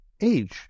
age